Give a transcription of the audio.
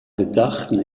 gedachten